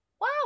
Wow